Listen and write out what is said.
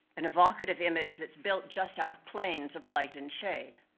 an evocative image that's built just out of planes of light and shade.